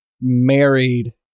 married